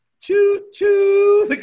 Choo-choo